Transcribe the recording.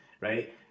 right